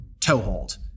toehold